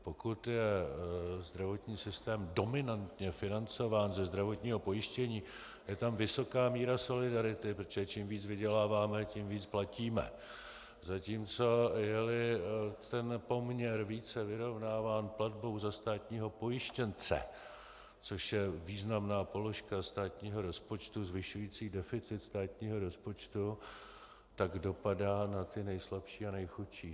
Pokud je zdravotní systém dominantně financován ze zdravotního pojištění, je tam vysoká míra solidarity, protože čím víc vyděláváme, tím víc platíme, zatímco jeli ten poměr více vyrovnáván platbou za státního pojištěnce, což je významná položka státního rozpočtu zvyšující deficit státního rozpočtu, tak dopadá na ty nejslabší a nejchudší.